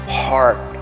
heart